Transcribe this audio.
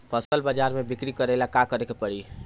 फसल बाजार मे बिक्री करेला का करेके परी?